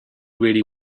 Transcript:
really